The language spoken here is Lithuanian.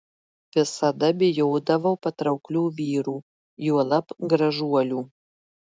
visada bijodavau patrauklių vyrų juolab gražuolių